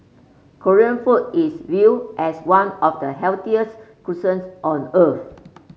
Korean food is viewed as one of the healthiest cuisines on earth